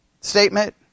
statement